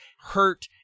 hurt